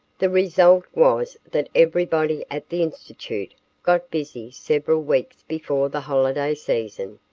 the result was that everybody at the institute got busy several weeks before the holiday season,